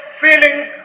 feeling